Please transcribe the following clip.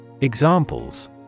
Examples